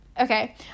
okay